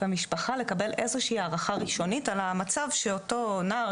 המשפחה לקבל איזושהי הערכה ראשונית על המצב שאותו נער,